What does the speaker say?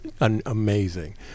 amazing